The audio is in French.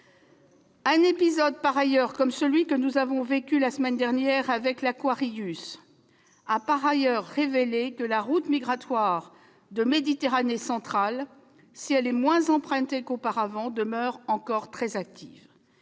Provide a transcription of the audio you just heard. un épisode comme celui que nous avons vécu la semaine dernière avec l'a révélé que la route migratoire de Méditerranée centrale, si elle est moins empruntée qu'auparavant, demeure très active.